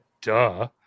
Duh